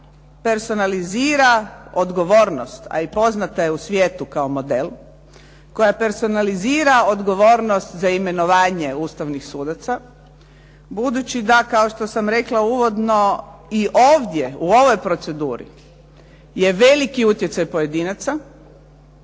koja personalizira odgovornost a i poznata je u svijetu kao model, koja personalizira odgovornost za imenovanje ustavnih sudaca budući da kao što sam rekla uvodno i u ovdje u ovoj proceduri je veliki utjecaj pojedinaca